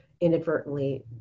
inadvertently